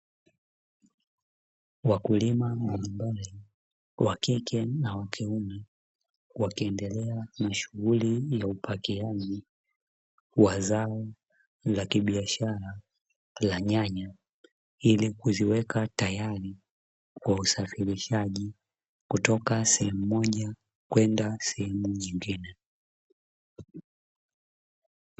Wakulima mbalimbali wa kike na wa kiume wakiendelea na shughuli ya upakiaji wa zao la kibiashara la nyanya, ili kuziweka tayari kwa usafirishaji kutoka sehemu moja kwenda sehemu nyingine.